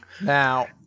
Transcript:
Now